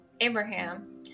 Abraham